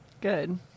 good